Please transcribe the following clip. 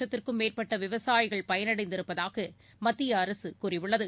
நடப்பு மேற்பட்டவிவசாயிகள் பயனடைந்திருப்பதாகமத்தியஅரசுகூறியுள்ளது